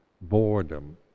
boredom